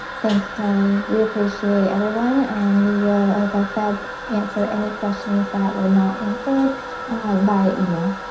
thanks kelly. we appreciate everyone and we will as i said answer any questions that were not answered via email